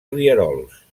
rierols